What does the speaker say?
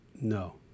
No